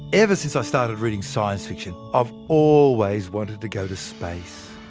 ever since i started reading science fiction, i've always wanted to go to space.